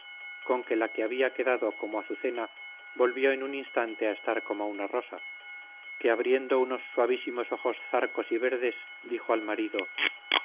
con que la que había quedado como azucena volvió en un instante a estar como una rosa que abriendo unos suavísimos ojos zarcos y verdes dijo al marido